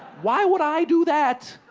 why would i do that?